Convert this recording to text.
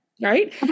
Right